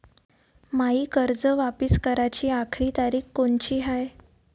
मायी कर्ज वापिस कराची आखरी तारीख कोनची हाय?